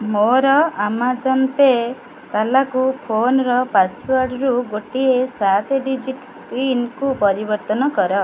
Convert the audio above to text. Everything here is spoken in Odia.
ମୋର ଆମାଜନ୍ ପେ ତାଲାକୁ ଫୋନ୍ର ପାସୱାର୍ଡ଼ରୁ ଗୋଟିଏ ସାତ ଡିଜିଟ୍ ପିନ୍କୁ ପରିବର୍ତ୍ତନ କର